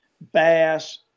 bass